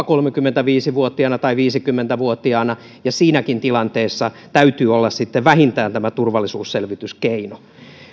kolmekymmentäviisi vuotiaana tai viisikymmentä vuotiaana ja siinäkin tilanteessa täytyy olla sitten vähintään tämä turvallisuusselvityskeino